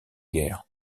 guerres